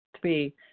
Three